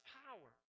power